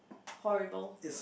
horrible